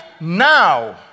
now